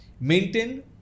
maintain